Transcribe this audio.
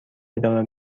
ادامه